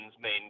main